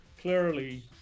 clearly